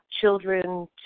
children